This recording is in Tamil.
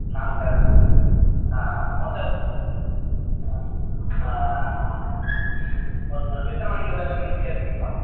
நாலு ஃபேன் ஆ ஆ மொத்தம் ஆ ஆ ஆ ஆ ஆ உங்களுக்கு எத்தனை மணிக்கு வந்தாக்கா நீங்கள் ஃப்ரீயாக இருப்பீங்க மேடம்